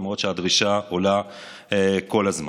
למרות שהדרישה עולה כל הזמן.